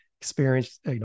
experienced